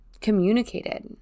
communicated